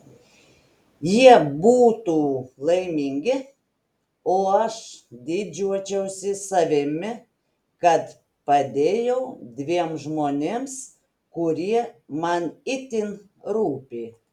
jie būtų laimingi o aš didžiuočiausi savimi kad padėjau dviem žmonėms kurie man itin rūpi